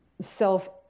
self